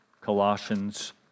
Colossians